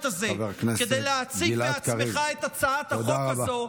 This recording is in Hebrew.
הזה כדי להציג בעצמך את הצעת החוק הזו,